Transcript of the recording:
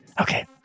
Okay